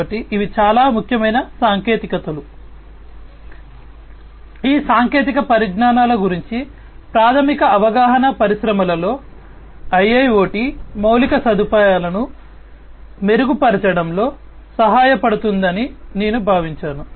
కాబట్టి ఈ సాంకేతిక పరిజ్ఞానాల గురించి ప్రాథమిక అవగాహన పరిశ్రమలలో IIoT మౌలిక సదుపాయాలను మెరుగుపరచడంలో సహాయపడుతుందని నేను భావించాను